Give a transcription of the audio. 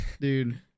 Dude